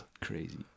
crazy